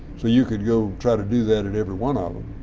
so you could go try to do that at every one ah of them,